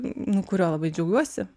nu kuriuo labai džiaugiuosi